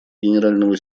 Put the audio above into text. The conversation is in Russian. генерального